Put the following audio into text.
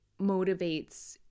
motivates